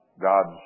God's